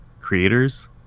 creators